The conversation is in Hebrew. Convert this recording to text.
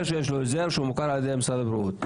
שיש לו הסדר והוא מוכר על ידי משרד הבריאות.